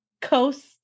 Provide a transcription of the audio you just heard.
Coast